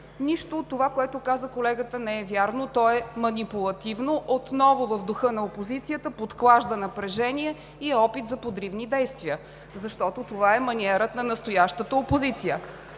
Нищо от това, което каза колегата, не е вярно. То е манипулативно. Отново в духа на опозицията подклажда напрежение и опит за подривни действия, защото това е маниерът на настоящата опозиция.